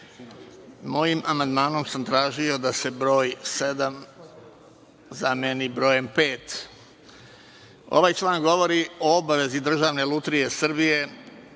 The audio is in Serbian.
mojim amandmanom sam tražio da se broj sedam zameni brojem pet. Ovaj član govori o obavezi Državne lutrije Srbije